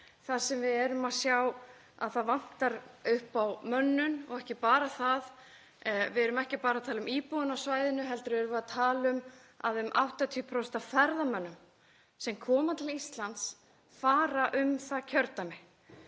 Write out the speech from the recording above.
þar sem við sjáum að það vantar upp á mönnun. Og ekki bara það. Við erum ekki bara að tala um íbúana á svæðinu heldur erum við að tala um að um 80% af ferðamönnum sem koma til Íslands fara um það kjördæmi.